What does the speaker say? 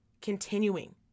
continuing